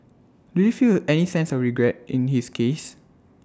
do you feel any sense of regret in his case